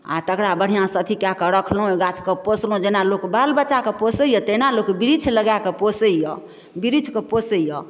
आओर तकरा बढ़िआँसँ अथी कए कऽ रखलहुँ ओइ गाछके पोसलहुँ जेना लोक बाल बच्चाके पोसय यऽ तहिना लोक वृक्ष लगाकऽ पोसय यऽ वृक्षके पोसय यऽ